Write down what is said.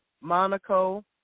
Monaco